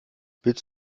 willst